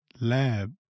lab